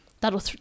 that'll